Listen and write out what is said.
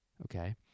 Okay